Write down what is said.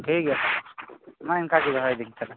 ᱦᱮᱸ ᱴᱷᱤᱠ ᱜᱮᱭᱟ ᱚᱱᱜᱟ ᱫᱚᱦᱚᱭᱫᱤᱧ ᱛᱟᱞᱦᱮ